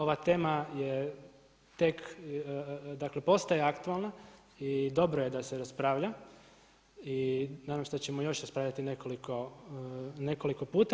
Ova tema je tek, dakle postaje aktualna i dobro je da se raspravlja i nadam se da ćemo još raspravljati nekoliko puta.